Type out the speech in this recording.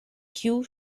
kiu